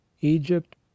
EGYPT